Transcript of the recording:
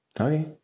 okay